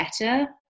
better